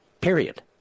Period